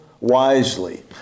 wisely